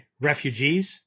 Refugees